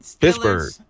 Pittsburgh